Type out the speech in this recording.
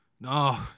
no